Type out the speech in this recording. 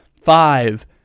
five